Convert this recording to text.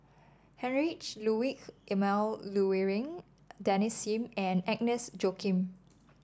Heinrich Ludwig Emil Luering Desmond Sim and Agnes Joaquim